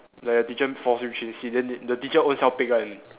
like the teacher force you change seat then the teacher own self pick one